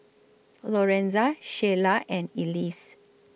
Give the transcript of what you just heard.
Lorenza Shayla and Elise